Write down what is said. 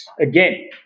again